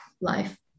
life